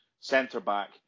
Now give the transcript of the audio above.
centre-back